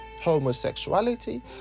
Homosexuality